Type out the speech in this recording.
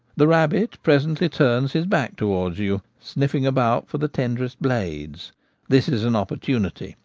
the rabbit presently turns his back towards you, sniffing about for the tenderest blades this is an opportunity,